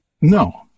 No